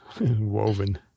woven